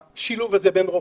ובשילוב הזה בין 19